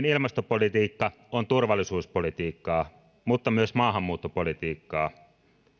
ilmastopolitiikka on turvallisuuspolitiikkaa mutta myös maahanmuuttopolitiikkaa